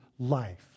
life